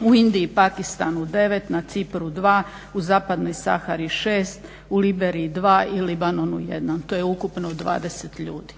U Indiji, Pakistanu 9, na Cipru 2, u Zapadnoj Sahari 6, u Liberiji 2 i u Libanonu 1, to je ukupno 20 ljudi.